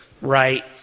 right